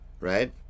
right